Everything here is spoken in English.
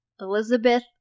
Elizabeth